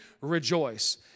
rejoice